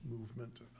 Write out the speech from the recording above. movement